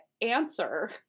answer